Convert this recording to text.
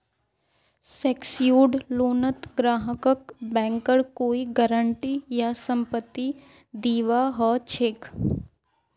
secured लोनत ग्राहकक बैंकेर कोई गारंटी या संपत्ति दीबा ह छेक